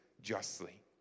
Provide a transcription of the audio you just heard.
justly